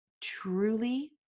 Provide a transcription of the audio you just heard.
truly